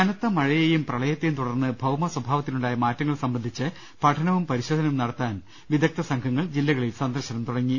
കനത്തമഴയെയും പ്രളയത്തെയും തുടർന്ന് ഭൌമസ്വഭാവത്തിലുണ്ടായ മാറ്റങ്ങൾ സംബന്ധിച്ച് പഠനവും പരിശോധനയും നടത്താൻ വിദഗ്ധ സംഘങ്ങൾ ജില്ലകളിൽ സന്ദർശനം തുടങ്ങി